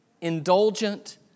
indulgent